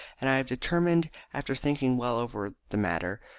and i have determined, after thinking well over the matter,